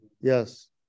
Yes